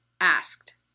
asked